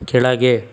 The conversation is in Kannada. ಕೆಳಗೆ